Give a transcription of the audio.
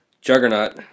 juggernaut